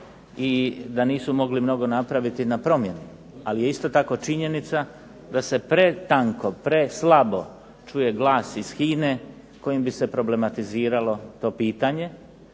i da nisu mogli mnogo napraviti na promjeni. Ali je isto tako činjenica da se pretanko, preslabo čuje glas iz HINA-e kojim bi se problematiziralo to pitanje